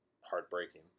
heartbreaking